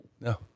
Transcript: no